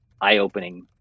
eye-opening